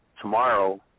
tomorrow